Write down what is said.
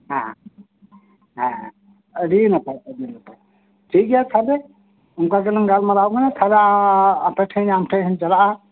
ᱦᱮᱸ ᱦᱮᱸ ᱦᱮᱸ ᱦᱮᱸ ᱟᱹᱰᱤ ᱱᱟᱯᱟᱭ ᱟᱰᱤ ᱱᱟᱯᱟᱭ ᱴᱷᱤᱠ ᱜᱮᱭᱟ ᱛᱟᱦᱞᱮ ᱚᱱᱠᱟ ᱜᱮᱞᱟᱝ ᱜᱟᱞᱢᱟᱨᱟᱣ ᱟ ᱛᱟᱦᱞᱮ ᱟᱯᱮ ᱴᱷᱮᱡ ᱟᱢ ᱴᱷᱮᱡ ᱤᱧ ᱪᱟᱞᱟᱜᱼᱟ